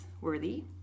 worthy